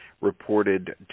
reported